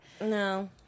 No